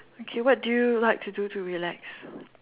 okay what do you like to do to relax